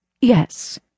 Yes